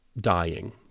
dying